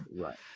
Right